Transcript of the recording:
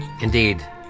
Indeed